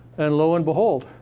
and lo and behold,